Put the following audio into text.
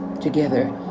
together